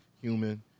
human